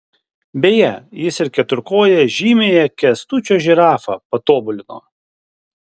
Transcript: beje jis ir keturkoję žymiąją kęstučio žirafą patobulino